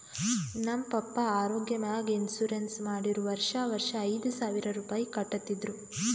ನಮ್ ಪಪ್ಪಾ ಆರೋಗ್ಯ ಮ್ಯಾಲ ಇನ್ಸೂರೆನ್ಸ್ ಮಾಡಿರು ವರ್ಷಾ ವರ್ಷಾ ಐಯ್ದ ಸಾವಿರ್ ರುಪಾಯಿ ಕಟ್ಟತಿದ್ರು